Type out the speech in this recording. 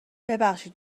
ببخشید